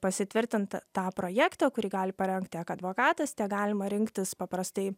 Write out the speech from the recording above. pasitvirtint tą projektą kurį gali parengt tiek advokatas tiek galima rinktis paprastai